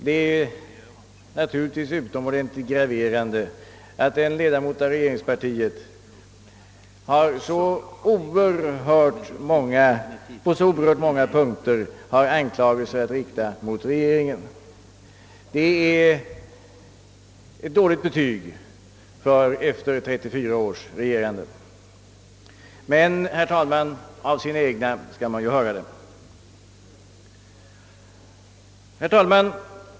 Det är naturligtvis utomordentligt graverande för regeringen att en ledamot av regeringspartiet på så många punkter har anklagelser att rikta mot regeringen. Det är ett dåligt betyg efter 34 års regerande. Men av sina egna skall man ju höra det. Herr talman!